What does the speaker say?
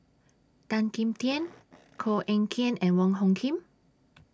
Tan Kim Tian Koh Eng Kian and Wong Hung Khim